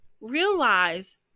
realize